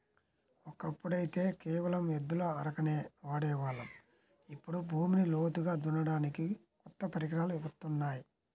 ఒకప్పుడైతే కేవలం ఎద్దుల అరకనే వాడే వాళ్ళం, ఇప్పుడు భూమిని లోతుగా దున్నడానికి కొత్త పరికరాలు వత్తున్నాయి